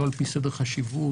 לא לפי סדר חשיבות,